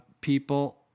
people